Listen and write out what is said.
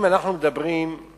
שאם אנחנו מדברים על